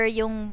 yung